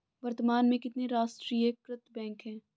वर्तमान में कितने राष्ट्रीयकृत बैंक है?